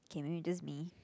okay maybe it's just me